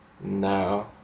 No